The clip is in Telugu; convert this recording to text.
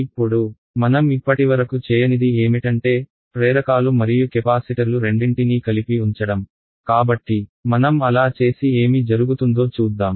ఇప్పుడు మనం ఇప్పటివరకు చేయనిది ఏమిటంటే ప్రేరకాలు మరియు కెపాసిటర్లు రెండింటినీ కలిపి ఉంచడం కాబట్టి మనం అలా చేసి ఏమి జరుగుతుందో చూద్దాం